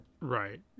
Right